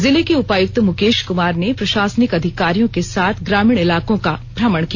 जिले के उपायुक्त मुकेश कुमार ने प्रशासनिक अधिकारियों के साथ ग्रामीण इलाकों का भ्रमण किया